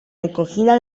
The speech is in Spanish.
recogida